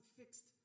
fixed